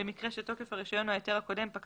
במקרה שתוקף הרישיון או ההיתר הקודם פקע